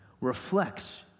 reflects